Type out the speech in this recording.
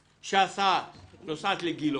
שהסעה נוסעת לגילה,